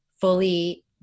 fully